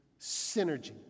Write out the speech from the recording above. synergy